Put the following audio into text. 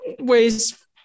ways